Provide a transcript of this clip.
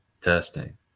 Testing